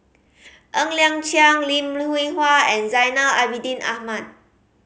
Ng Liang Chiang Lim Hwee Hua and Zainal Abidin Ahmad